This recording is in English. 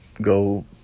go